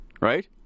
Right